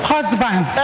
Husband